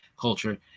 culture